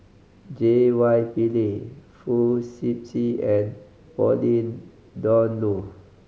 J Y Pillay Fong Sip Chee and Pauline Dawn Loh